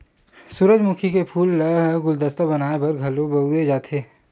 सूरजमुखी के फूल ल गुलदस्ता बनाय बर घलो बउरे जाथे